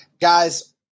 Guys